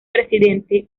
presidente